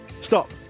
Stop